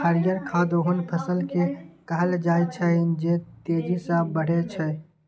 हरियर खाद ओहन फसल कें कहल जाइ छै, जे तेजी सं बढ़ै छै